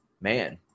man